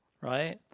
right